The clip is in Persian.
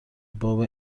باب